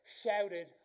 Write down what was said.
shouted